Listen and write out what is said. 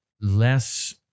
less